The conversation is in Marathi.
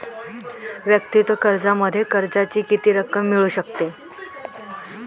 वैयक्तिक कर्जामध्ये कर्जाची किती रक्कम मिळू शकते?